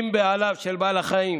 אם בעליו של בעל החיים